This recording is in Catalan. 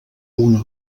una